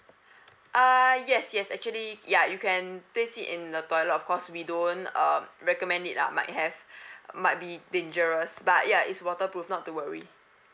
uh yes yes actually ya you can place it in the toilet of course we don't um recommend it lah might have might be dangerous but ya it's waterproof not to worry